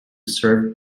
served